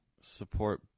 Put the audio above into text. support